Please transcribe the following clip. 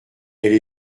elle